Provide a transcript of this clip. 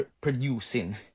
producing